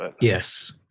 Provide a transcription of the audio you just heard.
Yes